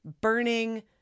burning